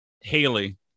Haley